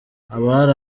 abari